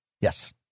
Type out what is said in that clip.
Yes